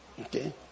Okay